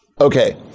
Okay